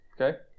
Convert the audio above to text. okay